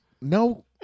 No